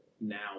now